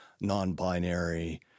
non-binary